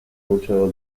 muchos